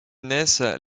naissent